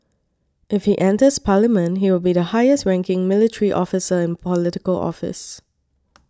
if he enters parliament he will be the highest ranking military officer in Political Office